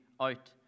out